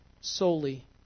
solely